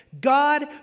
God